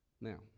Now